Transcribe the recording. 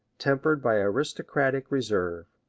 tempered by aristocratic reserve.